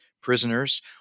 prisoners